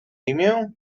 imię